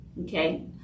okay